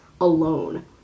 alone